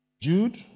Jude